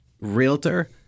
Realtor